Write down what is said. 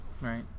Right